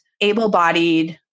able-bodied